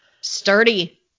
Sturdy